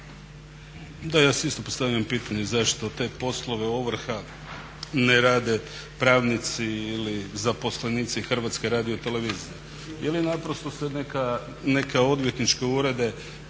Da ja si isto postavljam pitanje zašto te poslove ovrha ne rade pravnici ili zaposlenici Hrvatske radio televizije. Ili naprosto se neka, neke odvjetničke urede